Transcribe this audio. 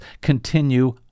continue